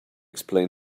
explain